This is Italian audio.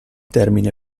termine